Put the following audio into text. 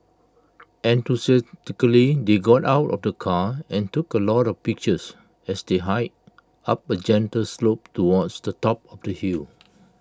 enthusiastically they got out of the car and took A lot of pictures as they hiked up A gentle slope towards the top of the hill